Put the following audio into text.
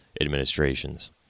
administrations